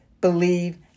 believe